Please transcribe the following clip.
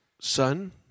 son